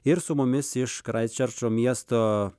ir su mumis iš kraisčerčo miesto